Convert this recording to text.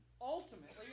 ultimately